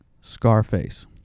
Scarface